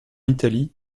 italie